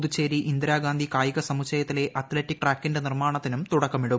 പുതുച്ചേരി ഇന്ദിരാഗാന്ധി കായിക സമുച്ചയത്തിലെ അത്ലറ്റിക് ട്രാക്കിന്റെ നിർമ്മാണത്തിനും തുടക്കമിടും